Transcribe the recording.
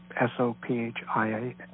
S-O-P-H-I-A